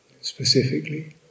specifically